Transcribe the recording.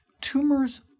Tumors